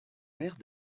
maires